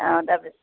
অঁ তাৰ